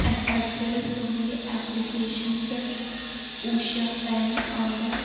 اَسہِ حظ کَریٚو تُہنٛدِ ایٚپلِکیشَن پٮ۪ٹھ اوٗشا فین آرڈَر